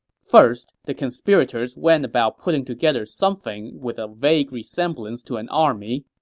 first, the conspirators went about putting together something with a vague resemblance to an army.